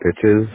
Pitches